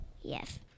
Yes